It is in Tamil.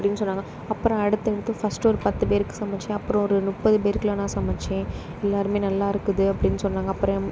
அப்படினு சொன்னாங்க அப்புறம் அடுத்தடுத்து ஃபர்ஸ்ட் ஒரு பத்து பேருக்கு சமைத்தேன் அப்புறம் ஒரு முப்பது பேருக்குலாம் நான் சமைத்தேன் எல்லோருமே நல்லாயிருக்குது அப்படினு சொன்னாங்க அப்புறம்